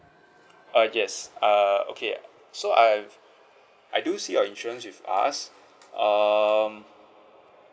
uh yes uh okay so I I do see your insurance with us um